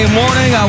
morning